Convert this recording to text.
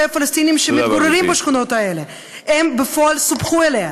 הפלסטינים שמתגוררים בשכונות האלה בפועל סופחו אליה,